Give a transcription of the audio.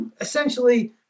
essentially